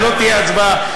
ולא תהיה הצבעה.